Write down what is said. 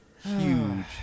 huge